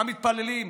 המתפללים,